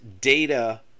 data